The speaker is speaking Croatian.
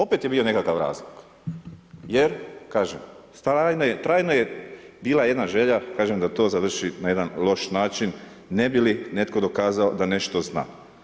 Opet je bio nekakav razlog, jer kažem, trajno je bila jedna želja, kažem, da to završi na jedan loš način, ne bi li netko dokazao, da nešto zna.